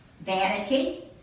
Vanity